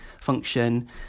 function